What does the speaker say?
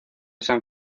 san